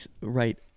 right